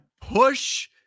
push